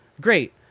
great